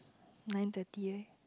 nine thirty eh